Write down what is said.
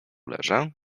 leżę